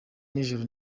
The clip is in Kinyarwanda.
ninjoro